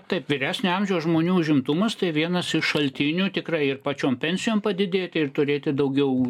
taip vyresnio amžiaus žmonių užimtumas tai vienas iš šaltinių tikrai ir pačiom pensijom padidėti ir turėti daugiau